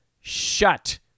shut